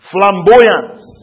Flamboyance